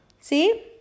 See